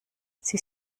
sie